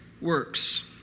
works